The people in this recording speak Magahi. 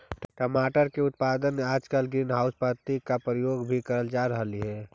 टमाटर की उत्पादन ला आजकल ग्रीन हाउस पद्धति का प्रयोग भी करल जा रहलई हे